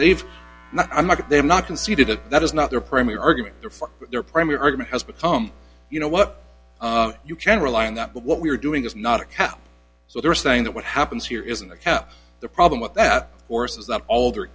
they've they've not conceded that that is not their primary argument for their primary argument has become you know what you can rely on that but what we're doing is not a cow so they're saying that what happens here isn't the cow the problem with that horse is the older